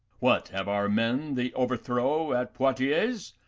what, have our men the overthrow at poitiers?